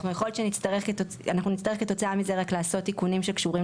אנחנו נצטרך כתוצאה מזה לעשות תיקונים שקשורים